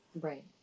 right